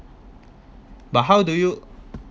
but how do you